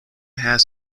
has